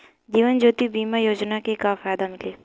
जीवन ज्योति बीमा योजना के का फायदा मिली?